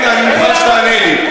הנה, אני מוכן שתענה לי.